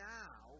now